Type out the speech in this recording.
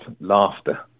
laughter